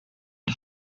und